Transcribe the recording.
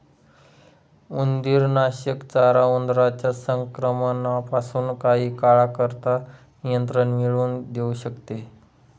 उंदीरनाशक चारा उंदरांच्या संक्रमणापासून काही काळाकरता नियंत्रण मिळवून देऊ शकते